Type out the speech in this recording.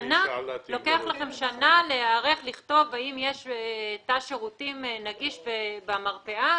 לוקח לכם שנה להיערך לכתוב האם יש תא שירותים נגיש במרפאה?